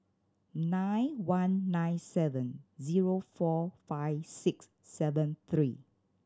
nine one nine seven zero four five six seven three